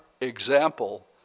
example